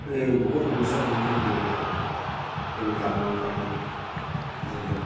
এই বহুত সমস্যাৰ সন্মুখীন হ'বলগীয়া হয় এইবোৰ কামৰ কাৰণে ধৰি লওক